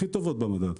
הכי טובות במדד.